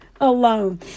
alone